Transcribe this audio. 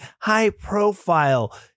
high-profile